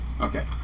Okay